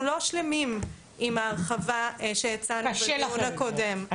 אנחנו לא שלמים עם ההרחבה של שהצענו בדיון הקודם.